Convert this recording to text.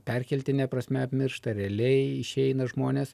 perkeltine prasme apmiršta realiai išeina žmonės